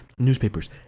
newspapers